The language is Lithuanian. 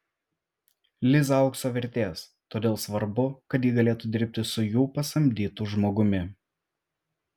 liza aukso vertės todėl svarbu kad ji galėtų dirbti su jų pasamdytu žmogumi